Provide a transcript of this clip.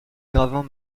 gravement